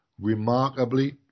remarkably